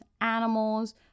animals